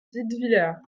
dietwiller